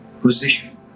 position